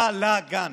בלגן.